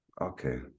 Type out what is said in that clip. Okay